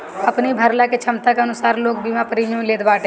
अपनी भरला के छमता के अनुसार लोग बीमा प्रीमियम लेत बाटे